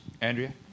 Andrea